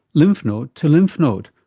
lymph node to lymph node.